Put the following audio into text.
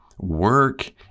work